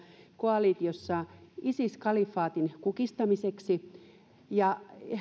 koalitiossa isis kalifaatin kukistamiseksi